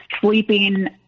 sleeping